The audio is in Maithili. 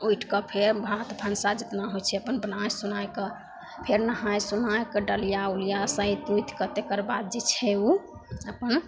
उठिके फेर भात भनसा जतना जे होइ छै अपन बनै सोनैके फेर नहै सोनैके डलिआ उलिआ सैँति उँतिके तकर बाद जे छै ओ अपन